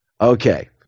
okay